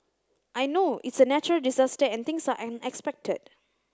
I know it's a natural disaster and things are unexpected